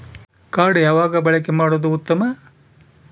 Card ಯಾವಾಗ ಬಳಕೆ ಮಾಡುವುದು ಉತ್ತಮ?